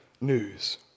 news